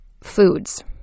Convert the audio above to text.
foods